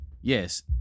Yes